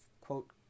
quote